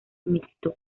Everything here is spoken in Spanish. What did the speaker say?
mixto